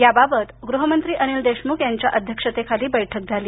याबाबत गृहमंत्री अनिल देशमुख यांच्या अध्यक्षतेखाली बैठक झाली